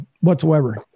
whatsoever